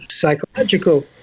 psychological